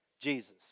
Jesus